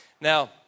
Now